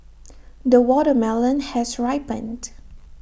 the watermelon has ripened